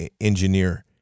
engineer